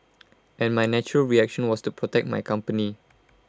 and my natural reaction was to protect my company